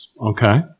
Okay